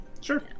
Sure